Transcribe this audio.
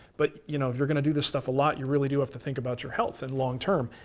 but you know if you're going to do this stuff a lot, you really do have to think about your health and long term.